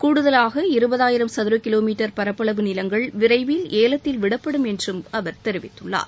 கூடுதலாக இருபதாயிரம் சத்ர கிலோமீட்டர் பரப்பளவு நிலங்கள் விரைவில் ஏலத்தில் விடப்படும் என்று அவர் தெரிவித்தார்